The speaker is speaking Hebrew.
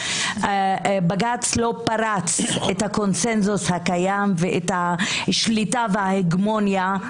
בג"ץ לא פרץ את הקונצנזוס הקיים ואת השליטה וההגמוניה הקיימת.